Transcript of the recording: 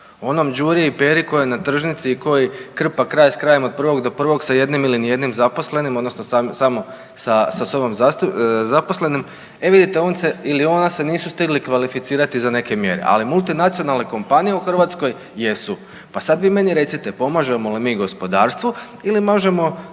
onom Đuri i Peri koji je na tržnici i koji krpa kraj s krajem od prvog do prvog sa jednim ili nijednim zaposlenim odnosno samo sa sobom zaposlenim. E vidite, on se ili ona se nisu stigli kvalificirati za neke mjere, ali mulitnacionalne kompanije u Hrvatskoj jesu, pa sad vi meni recite, pomažemo li mi gospodarstvu ili mažemo